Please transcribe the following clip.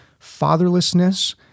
fatherlessness